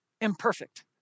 imperfect